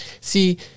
See